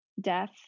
death